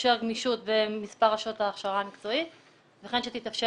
שתתאפשר גמישות במספר שעות ההכשרה המקצועית וכן שתתאפשר